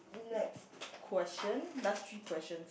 next question last three questions